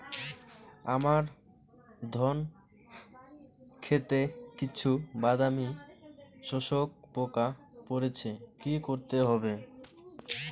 আমার ধন খেতে কিছু বাদামী শোষক পোকা পড়েছে কি করতে হবে?